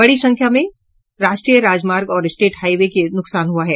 बड़ी संख्या में राष्ट्रीय राजमार्ग और स्टेट हाईवे को नुकसान पहुंचा है